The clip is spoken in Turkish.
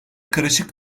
karışık